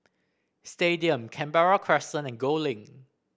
Stadium Canberra Crescent and Gul Link